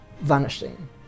vanishing